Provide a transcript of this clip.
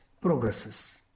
progresses